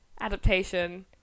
adaptation